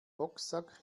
boxsack